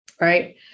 right